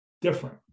different